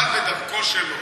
אבל בדרכו שלו.